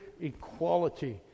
equality